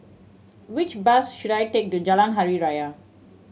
which bus should I take to Jalan Hari Raya